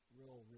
real